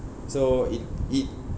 so it it